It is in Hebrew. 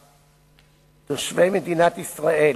תושבי מדינת ישראל,